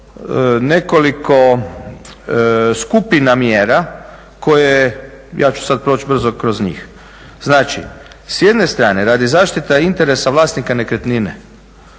nekoliko skupina mjera koje, ja ću sada proći brzo kroz njih. Znači s jedne strane radi zaštite interesa vlasnika nekretnine